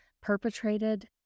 perpetrated